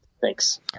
thanks